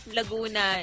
Laguna